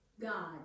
God